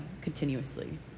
continuously